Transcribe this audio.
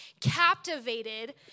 captivated